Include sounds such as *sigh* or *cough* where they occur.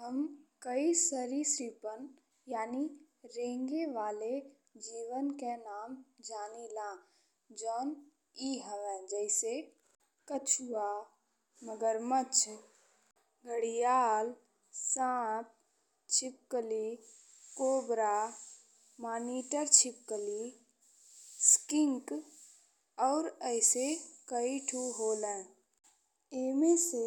हम कई सरिसृपन यानी रेंगने वाले जीवन के नाम जानिला जौन ए हवे जैसे कछुआ, मगरमच्छ, घड़ियाल, साँप छिपकली *noise* कोबरा, मॉनिटर छिपकली, *noise* स्किंक और अइसन *noise* कई थू होले। एमे से